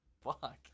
fuck